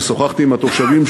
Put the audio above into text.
ושוחחתי עם התושבים,